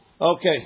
Okay